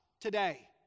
today